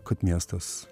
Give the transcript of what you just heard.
kad miestas